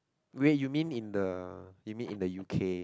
wait you mean in the you mean in the U_K